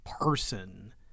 person